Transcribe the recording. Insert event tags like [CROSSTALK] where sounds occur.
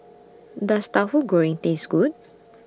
Does Tahu Goreng Taste Good [NOISE]